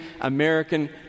American